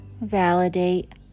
validate